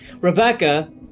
Rebecca